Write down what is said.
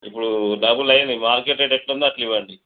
ఇప్పుడు డబల్ అయింది market rate ఎలా ఉందొ అలా ఇవ్వండి